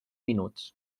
minuts